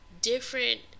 different